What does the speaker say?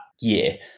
year